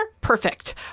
perfect